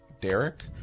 Derek